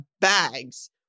bags